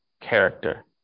character